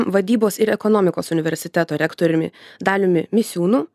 vadybos ir ekonomikos universiteto rektoriumi daliumi misiūnu